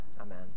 Amen